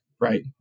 right